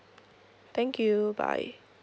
thank you bye